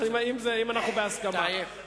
אם אנחנו בהסכמה.